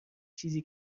چیزی